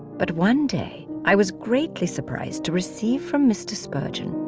but one day i was greatly surprised to receive from mr. spurgeon,